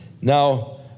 Now